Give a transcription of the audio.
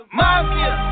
mafia